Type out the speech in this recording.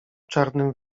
czarnym